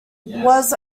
was